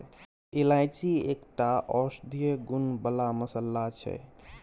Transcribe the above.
इलायची एकटा औषधीय गुण बला मसल्ला छै